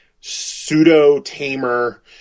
pseudo-tamer